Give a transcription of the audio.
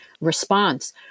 response